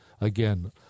Again